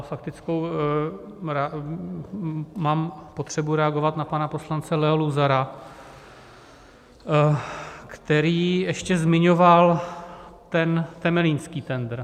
Faktickou: mám potřebu reagovat na pana poslance Leo Luzara, který ještě zmiňoval temelínský tendr.